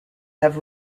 have